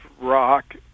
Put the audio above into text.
rock